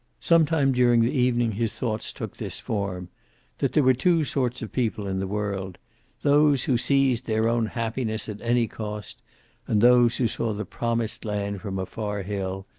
some time during the evening his thoughts took this form that there were two sorts of people in the world those who seized their own happiness, at any cost and those who saw the promised land from a far hill,